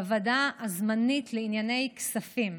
בוועדה הזמנית לענייני כספים: